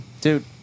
dude